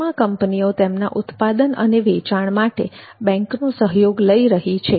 વીમા કંપનીઓ તેમના ઉત્પાદન અને વેચાણ માટે બેન્કનો સહયોગ લઇ રહી છે